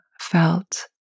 felt